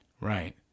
Right